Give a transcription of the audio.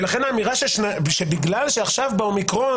ולכן האמירה שבגלל שעכשיו באומיקרון